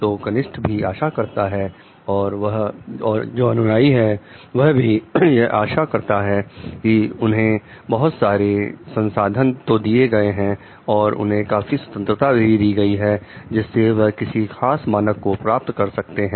तो कनिष्ठ भी आशा करता है और जो अनुयाई हैं वह भी यह आशा करते हैं कि उन्हें बहुत सारे संसाधन तो दिए गए हैं और उन्हें काफी स्वतंत्रता भी दी गई है जिससे वह किसी खास मानक को प्राप्त कर सकते हैं